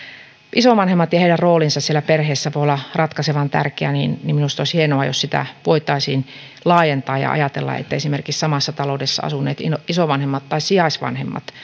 isovanhemmat ja heidän roolinsa siellä perheessä voivat olla ratkaisevan tärkeitä minusta olisi hienoa jos sitä voitaisiin laajentaa ja ajatella että esimerkiksi samassa taloudessa asuneet isovanhemmat tai sijaisvanhemmat